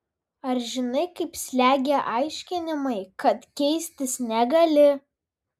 ar žinai kaip slegia aiškinimai kad keistis negali